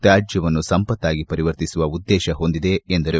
ತ್ಯಾಜ್ಯವನ್ನು ಸಂಪತ್ತಾಗಿ ಪರಿವರ್ತಿಸುವ ಉದ್ದೇಶ್ ಹೊಂದಿದೆ ಎಂದರು